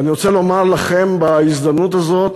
ואני רוצה לומר לכם בהזדמנות הזאת